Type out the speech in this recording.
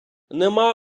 нема